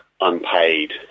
unpaid